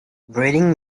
breeding